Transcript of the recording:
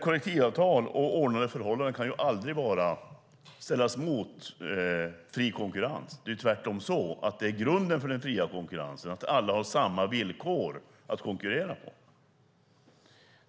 Kollektivavtal och ordnade förhållanden kan ju aldrig ställas mot fri konkurrens. Tvärtom är grunden för den fria konkurrensen att alla har samma villkor att konkurrera på.